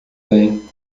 bem